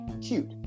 Cute